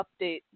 Update